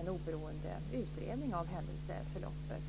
en oberoende utredning av händelseförloppet.